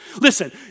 Listen